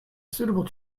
suitable